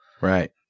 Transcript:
Right